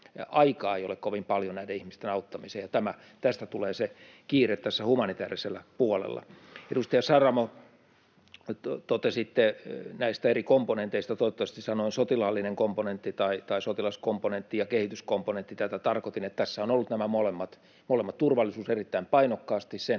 aikaa ei ole kovin paljon näiden ihmisten auttamiseen, ja tästä tulee se kiire tässä humanitäärisellä puolella. Edustaja Saramo, totesitte näistä eri komponenteista. Toivottavasti sanoin ”sotilaallinen komponentti” tai ”sotilaskomponentti” ja ”kehityskomponentti”. Tätä tarkoitin, että tässä ovat olleet nämä molemmat: turvallisuus erittäin painokkaasti sen